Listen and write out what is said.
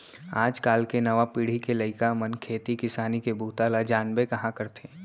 आज काल के नवा पीढ़ी के लइका मन खेती किसानी के बूता ल जानबे कहॉं करथे